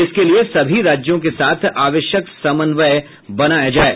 इसके लिए सभी राज्यों के साथ आवश्यक समन्वय बनाया जाये